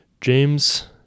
James